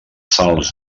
salms